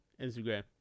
Instagram